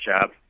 job